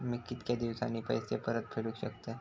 मी कीतक्या दिवसांनी पैसे परत फेडुक शकतय?